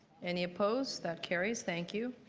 any opposed? that carries. thank you.